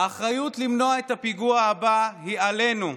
האחריות למנוע את הפיגוע הבא היא עלינו,